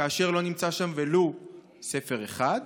שאין שם ולו ספר אחד?